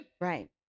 Right